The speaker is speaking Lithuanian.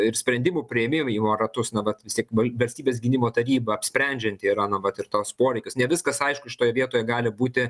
ir sprendimų priėmimo ratus na vat vistiek valstybės gynimo taryba apsprendžianti yra na vat ir tuos poreikius ne viskas aišku šitoje vietoje gali būti